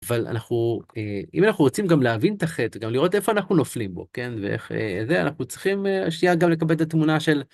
אבל אנחנו, אם אנחנו רוצים גם להבין את החטא, גם לראות איפה אנחנו נופלים בו, כן, ואיך זה, אנחנו צריכים שיהיה גם לקבל את התמונה של...